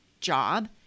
job